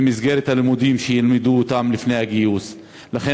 שבנו את העתיד שלהם על כך שילמדו לפני הגיוס לצבא.